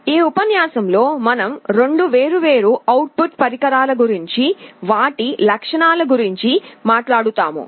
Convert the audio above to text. ఈ ఉపన్యాసం లో మనం 2 వేర్వేరు అవుట్ పుట్ పరికరాల గురించి వాటి లక్షణాల గురించి మాట్లాడుతాము